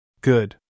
Good